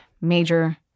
major